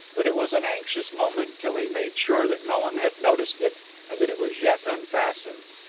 but it was an anxious moment till he made sure that no one had noticed it and that it was yet unfastened.